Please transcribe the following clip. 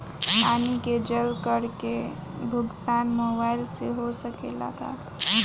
पानी के जल कर के भुगतान मोबाइल से हो सकेला का?